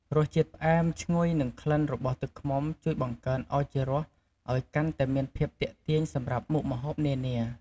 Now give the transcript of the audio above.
រសជាតិផ្អែមឈ្ងុយនិងក្លិនរបស់ទឹកឃ្មុំ ជួយបង្កើនឱជារសឱ្យកាន់តែមានភាពទាក់ទាញសម្រាប់មុខម្ហូបនានា។